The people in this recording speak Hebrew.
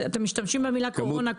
אתם משתמשים כל הזמן במילה קורונה.